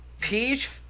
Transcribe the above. Peach